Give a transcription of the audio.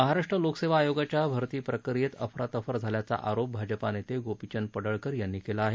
महाराष्ट्र लोकसेवा आयोगाच्या भरती प्रक्रियेत अफरातफर झाल्याचा आरोप भाजपा नेते गोपिचंद फडळकर यांनी केला आहे